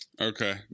Okay